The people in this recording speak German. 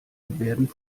werden